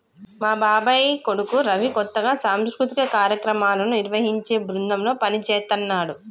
మా బాబాయ్ కొడుకు రవి కొత్తగా సాంస్కృతిక కార్యక్రమాలను నిర్వహించే బృందంలో పనిజేత్తన్నాడు